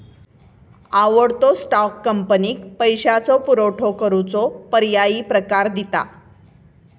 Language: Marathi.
आवडतो स्टॉक, कंपनीक पैशाचो पुरवठो करूचो पर्यायी प्रकार दिता